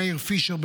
מאיר פישר,